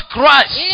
Christ